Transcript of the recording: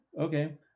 Okay